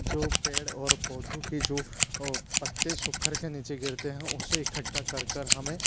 जो पेड़ और पौधों की जो आउ पत्ते सूख के नीचे गिरते हैं उसे इकट्ठा कर कर हमें